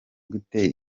gute